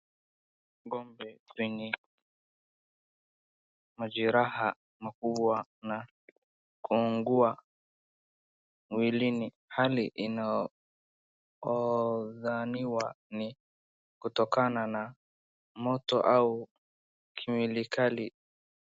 Ng'ombe mwenye majeraha makubwa na kuungua mwilini, hali inayodhaniwa ni kutokana na moto au kemikali.